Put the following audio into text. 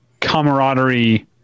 camaraderie